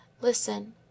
listen